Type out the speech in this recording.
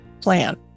plan